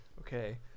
Okay